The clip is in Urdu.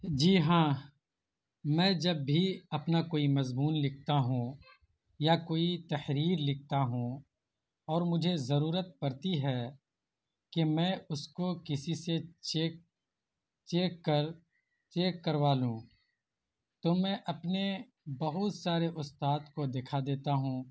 جی ہاں میں جب بھی اپنا کوئی مضمون لکھتا ہوں یا کوئی تحریر لکھتا ہوں اور مجھے ضرورت پڑتی ہے کہ میں اس کو کسی سے چیک چیک کر چیک کروا لوں تو میں اپنے بہت سارے استاد کو دکھا دیتا ہوں